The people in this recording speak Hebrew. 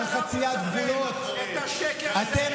את השקר הזה, אין לכם מה.